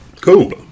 Cool